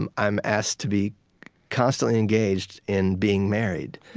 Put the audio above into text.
i'm i'm asked to be constantly engaged in being married.